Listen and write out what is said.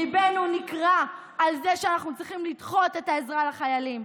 ליבנו נקרע על זה שאנחנו צריכים לדחות את העזרה לחיילים,